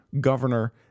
governor